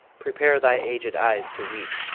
prepare thy aged eyes to weep,